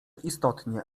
istotnie